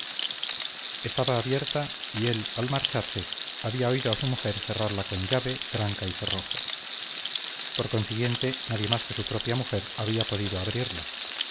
estaba abierta y él al marcharse había oído a su mujer cerrarla con llave tranca y cerrojo por consiguiente nadie más que su propia mujer había podido abrirla